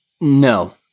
No